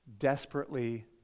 desperately